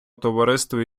товариства